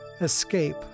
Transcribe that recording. escape